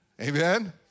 Amen